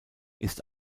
ist